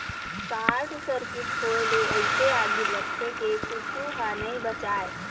short circuit होए ले अइसे आगी लगथे के कुछू ह नइ बाचय